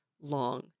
long